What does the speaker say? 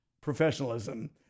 professionalism